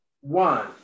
One